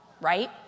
right